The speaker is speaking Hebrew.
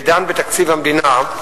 ודן בתקציב המדינה,